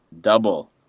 double